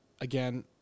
again